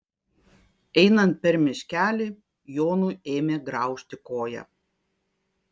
einant per miškelį jonui ėmė graužti koją